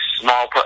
small